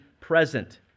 present